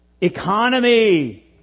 Economy